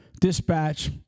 dispatch